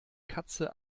katze